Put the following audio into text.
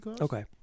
Okay